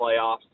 playoffs